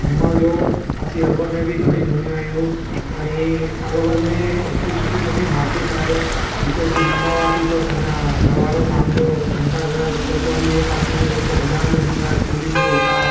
घुमण जो असीं अलवर में बि घणेई घुमिया आहियूं ऐं अलवर में एतिरी सुठी सुठी मार्केट आहे हिते असीं नंढा हुआसीं त घरवारा शाम जो घंटा घर कोतिवालीअ पासे में जेको बाज़ारि लॻंदो आहे चूड़ियुनि जो उतां